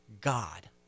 God